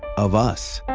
of us.